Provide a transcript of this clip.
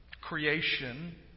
Creation